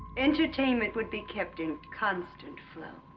entertainment would be kept in constant flow.